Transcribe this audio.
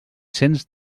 cents